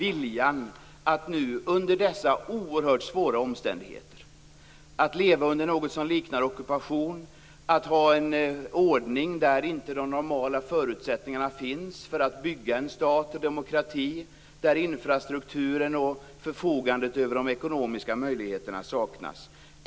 Man har en vilja under dessa oerhört svåra omständigheter. Man lever under något som liknar ockupation, har en ordning där inte de normala förutsättningarna finns att bygga en stat och demokrati och där infrastrukturen och förfogandet över de ekonomiska möjligheterna saknas.